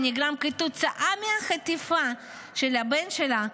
שנגרם כתוצאה מהחטיפה של הבן שלה,